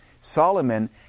Solomon